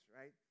right